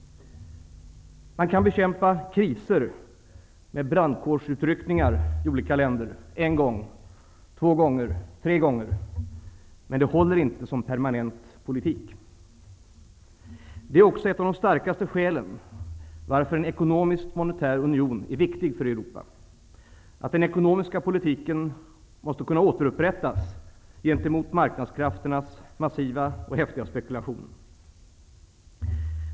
Man kan bekämpa kriser med brandkårsutryckningar i olika länder, en, två eller tre gånger. Men som permanent politik håller det inte. Det är också ett av de starkaste skälen till att en ekonomisk och monetär union är viktig för Europa. Den ekonomiska politiken måste kunna återupprättas gentemot marknadskrafternas massiva och häftiga spekulationer.